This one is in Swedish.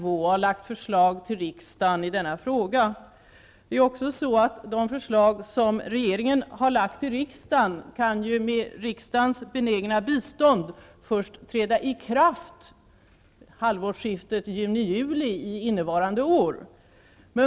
Regeringen har lagt fram ett förslag till riksdagen i denna fråga. De förslag som regeringen har lagt fram i riksdagen kan med riksdagens benägna bistånd först träda i kraft vid halvårsskiftet juni-juli innevarande år.